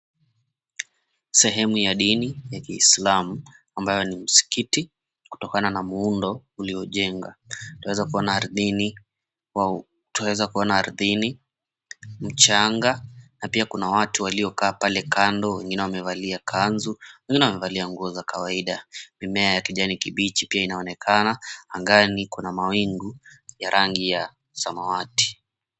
Sehemu ya dini ya kiislamu ambayo ni msikiti kutokana na muundo uliojenga. Twaweza kuona ardhini mchanga na pia kuna watu waliokaa pale kando wengine wamevalia kanzu wengine wamevalia nguo za kawaida. Mimea ya kijani kibichi inaonekana, angani kuna mawingu ya rangi ya samawati.